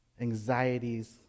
anxieties